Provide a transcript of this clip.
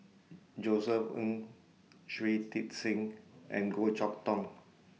Josef Ng Shui Tit Sing and Goh Chok Tong